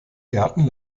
gärten